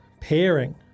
pairing